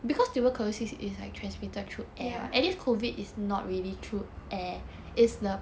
ya